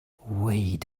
wait